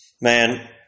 man